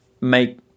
make